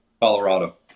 Colorado